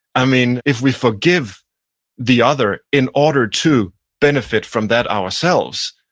i mean, if we forgive the other in order to benefit from that ourselves,